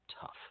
tough